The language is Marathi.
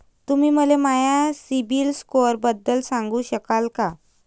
तुम्ही मले माया सीबील स्कोअरबद्दल सांगू शकाल का?